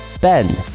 Ben